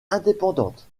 indépendante